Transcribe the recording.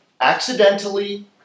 accidentally